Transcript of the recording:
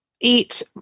Eat